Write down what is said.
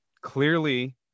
Clearly